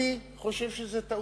אני חושב שזאת טעות,